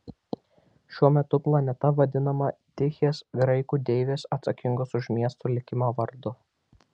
šiuo metu planeta vadinama tichės graikų deivės atsakingos už miestų likimą vardu